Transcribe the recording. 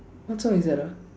what's song is that ah